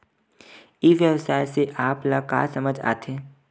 ई व्यवसाय से आप ल का समझ आथे?